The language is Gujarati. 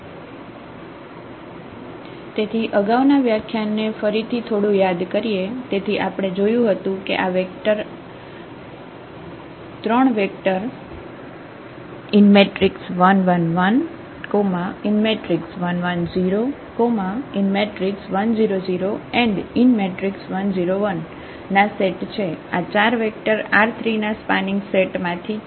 તેથી આગાઉના વ્યાખ્યાનને ફરીથી થોડું યાદ કરીએ તેથી આપણે જોયું હતું કે આ વેક્ટર આ 3 વેક્ટર 1 1 1 1 1 0 1 0 0 1 0 1 ના સેટ છે આ 4 વેક્ટર R3 ના સ્પાનિંગ સેટ માંથી છે